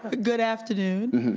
good afternoon,